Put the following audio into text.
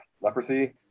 leprosy